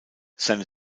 seine